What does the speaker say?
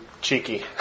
Cheeky